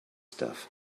stuff